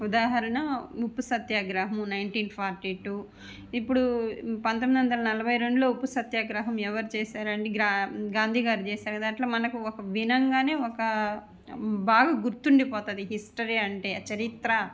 ఉదాహరణ ఉప్పు సత్యాగ్రహం నైన్టీన్ ఫార్టీ టూ ఇప్పుడూ పంతొమ్మిది వందల నలభై రెండులో ఉప్పు సత్యాగ్రహం ఎవరు చేసారండి గ్రా గాంధీ గారు చేసారు అట్లా మనకు ఒక వినంగానే ఒకా బాగా గుర్తుండి పోతుంది హిస్టరీ అంటే చరిత్ర